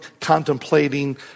contemplating